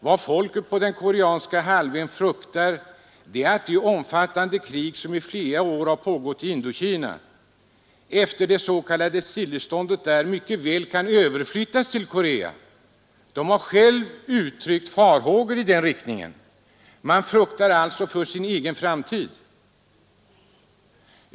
Vad folket på den koreanska halvön fruktar är att det omfattande krig som i flera år har pågått i Indokina efter det s.k. stilleståndet där mycket väl kan överflyttas till Korea. Koreanerna har själva uttryckt farhågor i den riktningen. Man fruktar alltså för sin egen framtid.